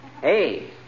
Hey